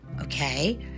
okay